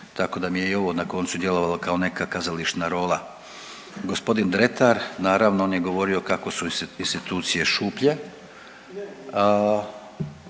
tako da mi je i ovo na koncu djelovalo kao neka kazališna rola. Gospodin Dretar naravno on je govorio kako su institucije šuplje.